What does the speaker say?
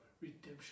redemption